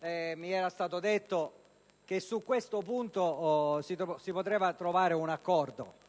mi era stato detto che su questo punto si poteva trovare un accordo